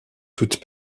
toute